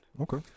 Okay